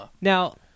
Now